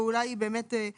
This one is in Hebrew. ואולי היא חסרה.